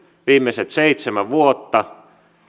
viimeiset seitsemän vuotta